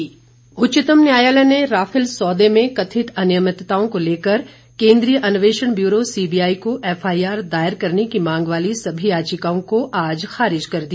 Rafale उच्चतम न्यायालय ने राफेल सौदे में कथित अनियमितताओं को लेकर केंद्रीय अन्वेषण ब्यूरो सीबीआई को एफआईआर दायर करने की मांग वाली सभी याचिकाओं को आज खारिज कर दिया